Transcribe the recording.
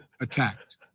attacked